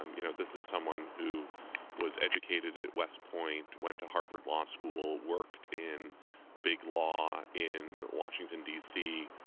um you know, this is someone who was educated at west point, went to harvard law school, worked in big law in washington, d c.